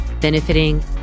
benefiting